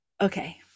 Okay